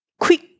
quick